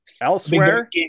Elsewhere